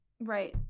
Right